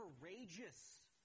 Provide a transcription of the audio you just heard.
courageous